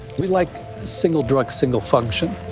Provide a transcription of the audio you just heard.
we like single drug single function,